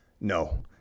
No